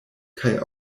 kaj